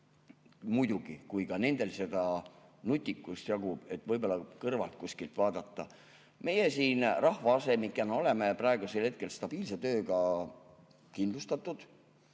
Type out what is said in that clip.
Muidugi, kui nendel seda nutikust jagub, et võib-olla kuskilt kõrvalt vaadata. Meie siin rahvaasemikena oleme praegu stabiilse tööga kindlustatud